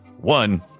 One